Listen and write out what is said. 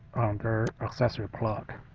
under accessory plug.